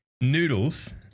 Noodles